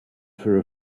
for